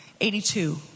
82